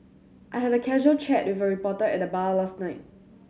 I had a casual chat with a reporter at the bar last night